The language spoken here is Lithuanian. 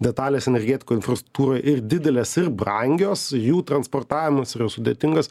detalės energetikoj infrastruktūroj ir didelės ir brangios jų transportavimas yra sudėtingas